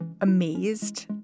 amazed